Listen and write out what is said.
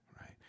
right